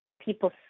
people